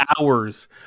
hours